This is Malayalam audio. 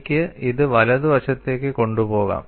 എനിക്ക് ഇത് വലതുവശത്തേക്ക് കൊണ്ടുപോകാം